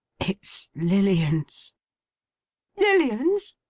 it's lilian's lilian's!